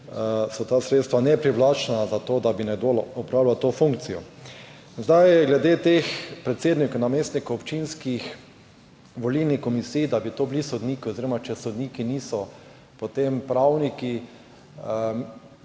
spet ta sredstva neprivlačna za to, da bi nekdo opravljal to funkcijo. Glede predsednikov in namestnikov občinskih volilnih komisij, da bi to bili sodniki, oziroma če sodniki niso, potem pravniki.